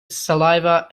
saliva